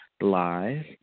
live